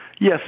Yes